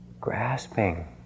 Grasping